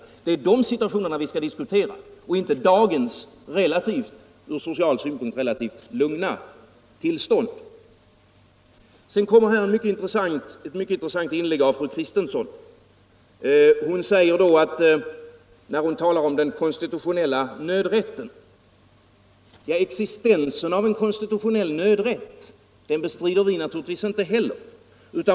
Det är de situationerna vi skall diskutera och inte dagens ur social synpunkt relativt lugna tillstånd. Sedan kommer ett mycket intressant inlägg av fru Kristensson. Hon talar om den konstitutionella nödrätten. Ja, existensen av en konstitutionell nödrätt bestrider vi naturligtvis inte heller.